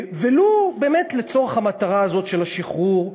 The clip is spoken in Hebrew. ולו לצורך המטרה הזאת של השחרור,